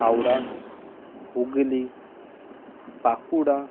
Howrah Hooghly Bankura